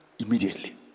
immediately